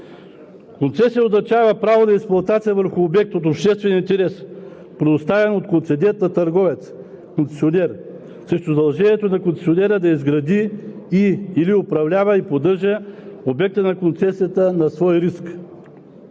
„Концесия“ означава право на експлоатация върху обект от обществен интерес, предоставено от концедент на търговско дружество – концесионер, срещу задължението на концесионера да изгради и/или управлява и поддържа обекта на концесията на свой риск.